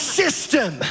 system